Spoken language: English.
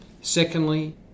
Secondly